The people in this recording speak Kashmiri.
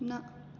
نہ